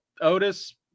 Otis